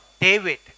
David